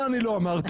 אני לא אמרתי.